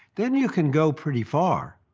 then you can go pretty far.